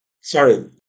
Sorry